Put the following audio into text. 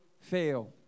fail